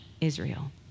Israel